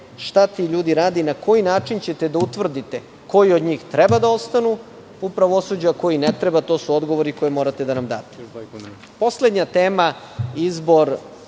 šta ti ljudi rade i na koji način ćete da utvrdite koji od njih treba da ostanu u pravosuđu, a koji ne treba? To su odgovori koje morate da nam date. Poslednja tema, izbor